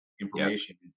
information